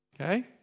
Okay